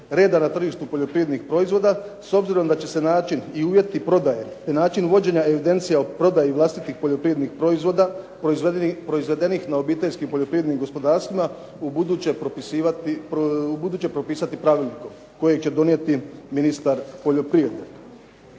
reda na tržištu poljoprivrednih proizvoda, s obzirom da će se način i uvjeti prodaje te način vođenja evidencija o prodaji vlastitih poljoprivrednih proizvoda proizvedenih na obiteljskim poljoprivrednim gospodarstvima ubuduće propisati pravilnikom kojeg će donijeti ministar poljoprivrede.